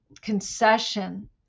concession